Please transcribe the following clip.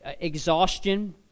exhaustion